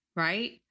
right